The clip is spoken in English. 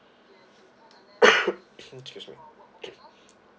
excuse me